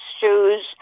shoes